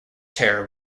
terror